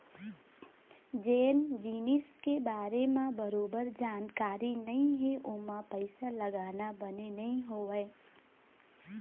जेन जिनिस के बारे म बरोबर जानकारी नइ हे ओमा पइसा लगाना बने नइ होवय